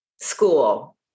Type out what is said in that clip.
school